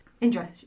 Indra